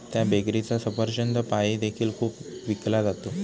त्या बेकरीचा सफरचंद पाई देखील खूप विकला जातो